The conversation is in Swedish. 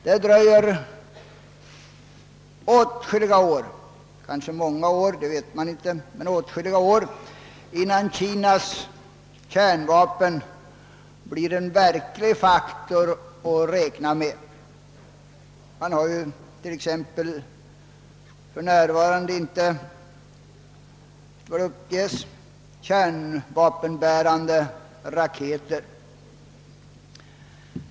Det dröjer åtskilliga år innan Kinas kärnvapen blir en verklig faktor att räkna med; man har t.ex. efter vad det uppges för närvarande inte kärnvapenbärande raketer.